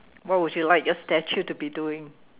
what would you like your statue to be doing